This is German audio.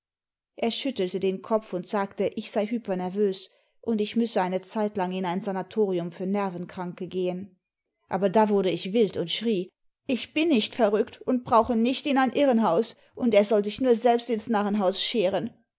r schüttelte den kopf und sagte ich sei hypernervös imd ich müsse eine zeitlang in ein sanatorium für nervenkranke gehen aber da wurde ich wild imd schrie ich bin nicht verrückt und brauche nicht in ein irrenhaus und er soll sich nur selbst ins narrenhaus scheren